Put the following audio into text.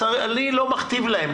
אני לא מכתיב להם.